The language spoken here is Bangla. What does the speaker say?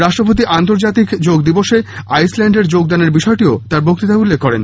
রাষ্ট্রপতি আন্তর্জাতিক যোগ দিবসে আইসল্যান্ডের যোগদানের বিষয়টি তাঁর বক্তৃতায় উল্লেখ করেন